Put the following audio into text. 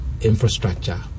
infrastructure